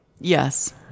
Yes